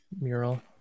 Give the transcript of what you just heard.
mural